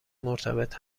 مرتبط